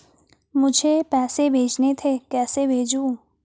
मुझे पैसे भेजने थे कैसे भेजूँ?